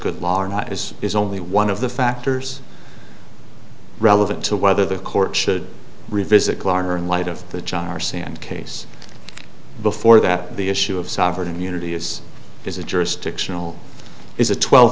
good law or not is is only one of the factors relevant to whether the court should revisit clar in light of the char sand case before that the issue of sovereign immunity is there's a jurisdictional is a twelve